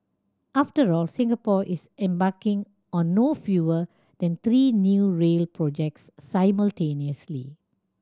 after all Singapore is embarking on no fewer than three new rail projects simultaneously